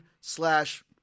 slash